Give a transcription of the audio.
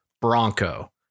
Bronco